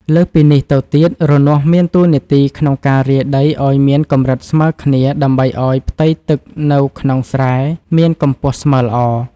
លើសពីនេះទៅទៀត រនាស់មានតួនាទីក្នុងការរាយដីឱ្យមានកម្រិតស្មើគ្នា ដើម្បីឱ្យផ្ទៃទឹកនៅក្នុងស្រែមានកម្ពស់ស្មើល្អ។